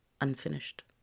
unfinished